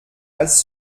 als